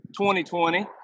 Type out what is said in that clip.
2020